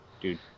Dude